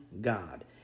God